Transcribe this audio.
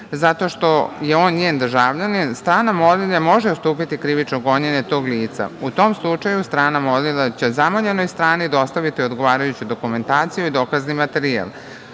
zato što je on njen državljanin, strana molilja može ustupiti krivično gonjenje tog lica. U tom slučaju strana molilja će zamoljenoj strani dostaviti odgovarajuću dokumentaciju i dokazni materijal,